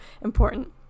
important